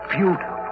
Beautiful